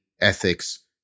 ethics